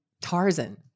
Tarzan